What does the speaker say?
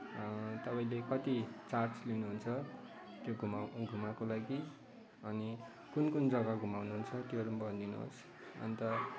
तपाईँले कत्ति चार्ज लिनुहुन्छ त्यो घुमाएको लागि अनि कुन कुन जग्गा घुमाउनुहुन्छ त्योहरू पनि भनिदिनुहोस् अन्त